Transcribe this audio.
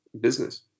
business